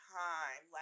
time